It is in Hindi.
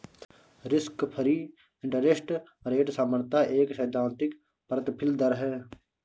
रिस्क फ्री इंटरेस्ट रेट सामान्यतः एक सैद्धांतिक प्रतिफल दर है